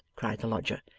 cried the lodger.